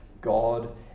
God